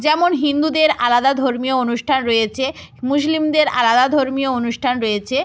যেমন হিন্দুদের আলাদা ধর্মীয় অনুষ্ঠান রয়েছে মুসলিমদের আলাদা ধর্মীয় অনুষ্ঠান রয়েছে